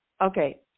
okay